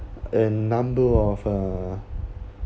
and number of uh